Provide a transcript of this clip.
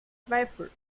zweifel